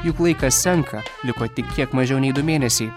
juk laikas senka liko tik kiek mažiau nei du mėnesiai